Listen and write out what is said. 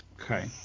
Okay